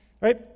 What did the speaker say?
right